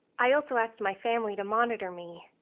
i also asked my family to monitor me.